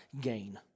gain